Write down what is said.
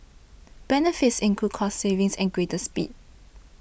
benefits include cost savings and greater speed